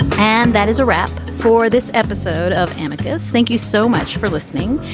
and that is a wrap for this episode of amicus. thank you so much for listening.